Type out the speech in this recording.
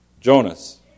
Jonas